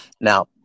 Now